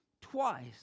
Twice